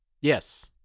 Yes